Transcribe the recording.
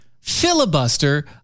filibuster